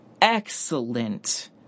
excellent